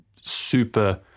super